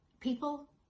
people